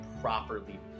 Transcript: properly